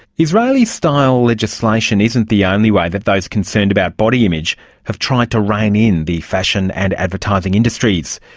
israeli style legislation isn't the only way that those concerned about body image have tried to rein in the fashion and advertising industries.